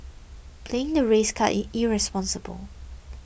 playing the race card is irresponsible